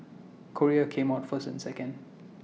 Korea came out first and second